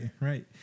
Right